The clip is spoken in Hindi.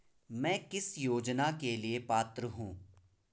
मैं किस योजना के लिए पात्र हूँ?